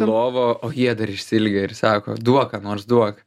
lovo o jie dar išsiilgę ir sako duok ką nors duok